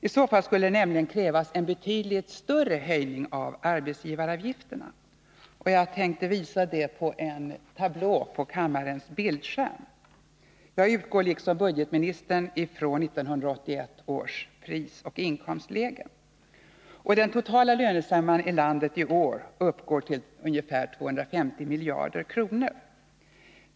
I så fall skulle det nämligen krävas en betydligt större höjning av arbetsgivaravgifterna. Jag skall visa det på en tablå på kammarens bildskärm. Liksom budgetministern utgår jag från 1981 års prisoch inkomstläge. Den totala lönesumman i landet i år uppgår till ca 250 miljarder kronor.